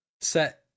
Set